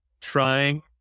trying